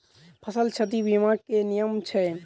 फसल क्षति बीमा केँ की नियम छै?